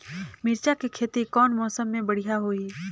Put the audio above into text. मिरचा के खेती कौन मौसम मे बढ़िया होही?